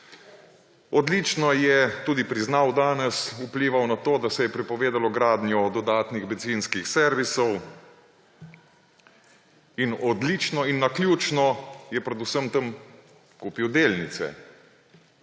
odlično je tudi priznal danes, vplival na to, da se je prepovedalo gradnjo dodatnih bencinskih servisov, in odlično in naključno je pred vsem tem kupil delnice.